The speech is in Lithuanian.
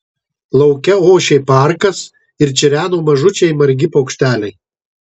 lauke ošė parkas ir čireno mažučiai margi paukšteliai